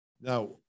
Now